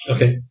Okay